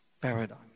paradigm